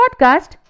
podcast